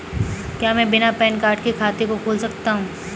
क्या मैं बिना पैन कार्ड के खाते को खोल सकता हूँ?